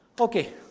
Okay